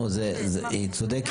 זאת תהיה הפרה?